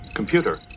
Computer